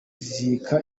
zika